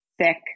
thick